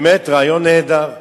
באמת, רעיון נהדר,